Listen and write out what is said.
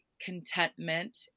contentment